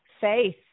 faith